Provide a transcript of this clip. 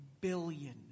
billion